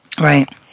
Right